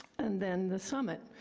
and then the summit,